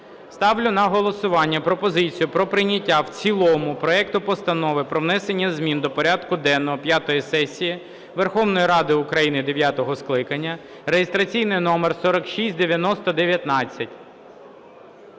Ставлю на голосування пропозицію про прийняття в цілому проекту Постанови про внесення змін до порядку денного п'ятої сесії Верховної Ради України дев'ятого скликання (реєстраційний номер 4690-19).